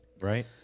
Right